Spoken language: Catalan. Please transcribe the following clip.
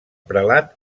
prelat